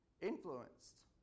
influenced